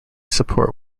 support